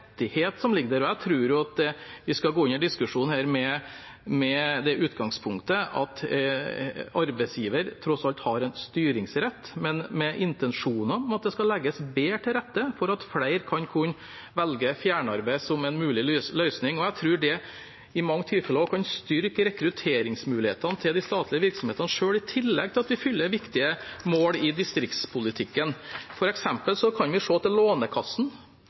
som ligger der. Jeg tror at vi skal gå inn i denne diskusjonen med det utgangspunktet at arbeidsgiver tross alt har en styringsrett, men med intensjoner om at det skal legges bedre til rette for at flere kan få velge fjernarbeid som en mulig løsning. Jeg tror det i mange tilfeller også kan styrke rekrutteringsmulighetene til de statlige virksomhetene selv, i tillegg til at vi oppfyller viktige mål i distriktspolitikken. For eksempel kan vi se til Lånekassen,